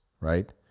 right